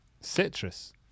Citrus